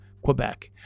quebec